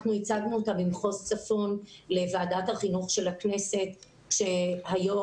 אנחנו אותה במחוז צפון לוועדת החינוך של הכנסת עת היושב ראש